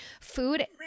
Food